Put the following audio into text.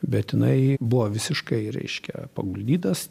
bet jinai buvo visiškai reiškia paguldytas